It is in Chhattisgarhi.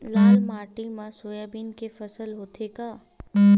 लाल माटी मा सोयाबीन के फसल होथे का?